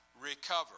recover